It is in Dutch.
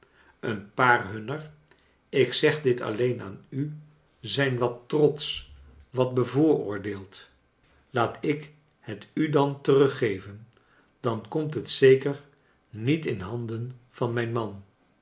een paar hunner ik zeg dit alleen aan u zijn wat trotsch wat bevooroordeeld laat ik het u dan teruggeven dan komt het zeker niet in handen van mijn man